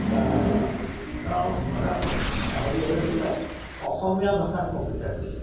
তেওঁ মানে হেৰি হৈ পেলাই অসমীয়া ভাষাত বক্তৃতা দিলে